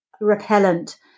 repellent